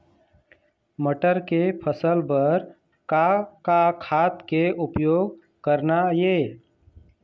मटर के फसल बर का का खाद के उपयोग करना ये?